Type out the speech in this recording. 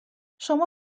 شما